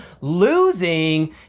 losing